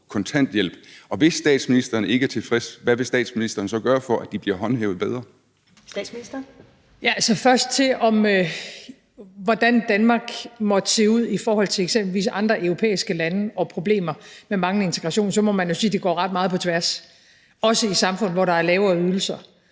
Statsministeren. Kl. 10:26 Statsministeren (Mette Frederiksen): Først må man, med hensyn til hvordan Danmark måtte se ud i forhold til eksempelvis andre europæiske lande og problemer med manglende integration, jo sige, at det går ret meget på tværs, også i samfund, hvor der er lavere ydelser.